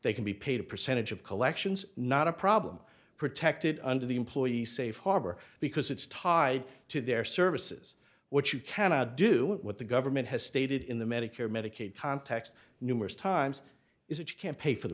they can be paid a percentage of collections not a problem protected under the employee safe harbor because it's tied to their services which you cannot do what the government has stated in the medicare medicaid context numerous times is that you can't pay for the